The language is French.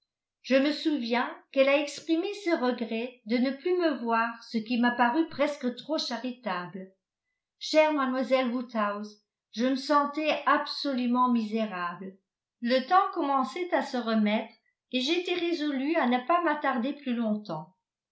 je me souviens qu'elle a exprimé ses regrets de ne plus me voir ce qui m'a paru presque trop charitable chère mlle woodhouse je me sentais absolument misérable le temps commençait à se remettre et j'étais résolue à na pas m'attarder plus longtemps